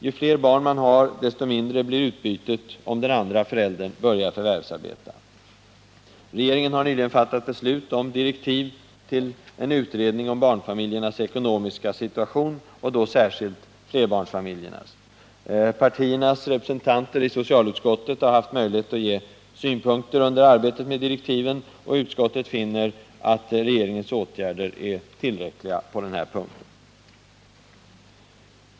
Ju fler barn man har desto mindre blir utbytet, om den andra föräldern börjar förvärvsarbeta. Regeringen har nyligen fattat beslut om direktiv till en utredning om barnfamiljernas ekonomiska situation, särskilt flerbarnfamiljernas. Partiernas representanter i socialutskottet har kunnat ge synpunkter under arbetet med direktiven, och utskottet finner att regeringens åtgärder är tillräckliga på denna punkt.